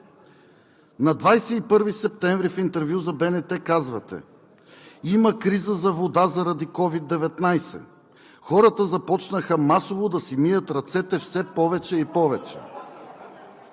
на 21 септември в интервю за БНТ казвате: „Има криза за вода заради CОVID-19. Хората започнаха масово да си мият ръцете все повече и повече.“